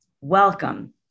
welcome